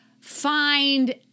find